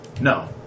No